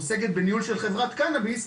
עוסקת בניהול של חברת קנאביס,